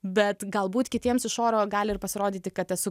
bet galbūt kitiems iš oro gali ir pasirodyti kad esu